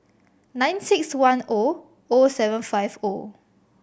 nine six one O O seven five O